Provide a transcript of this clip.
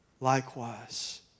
likewise